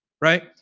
right